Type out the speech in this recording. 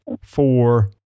four